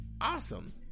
awesome